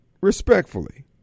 respectfully